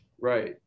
Right